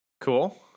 Cool